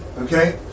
Okay